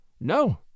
No